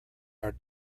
are